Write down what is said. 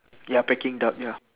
ya peking duck ya